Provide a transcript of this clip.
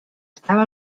estava